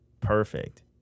perfect